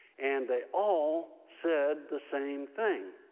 and they all said the same thing.